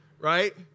Right